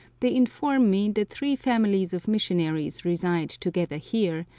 they inform me that three families of missionaries reside together here,